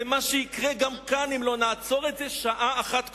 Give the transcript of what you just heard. זה מה שיקרה גם כאן אם לא נעצור את זה שעה אחת קודם.